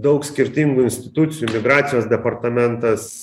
daug skirtingų institucijų migracijos departamentas